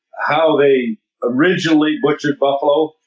how they originally butchered buffalo,